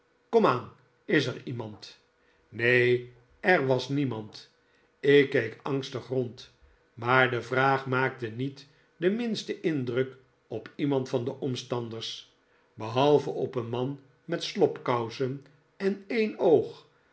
komaan is er iemand neen er was niemand ik keek angstig rond maar de vraag maakte niet den minsten indruk op iemand van de omstanders behalve op een man met slobkousen en een oog